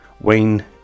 Wayne